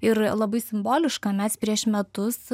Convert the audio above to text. ir labai simboliška mes prieš metus